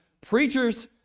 preachers